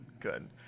Good